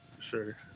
sure